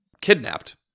kidnapped